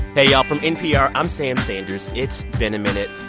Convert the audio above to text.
hey y'all. from npr, i'm sam sanders. it's been a minute.